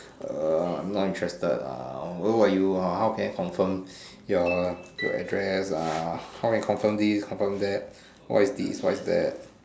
uh I am not interested lah who are you ah how can I confirm your your address ah how I confirm this confirm that what's this what's that